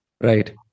Right